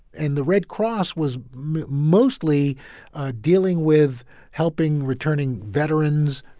and the red cross was mostly dealing with helping returning veterans,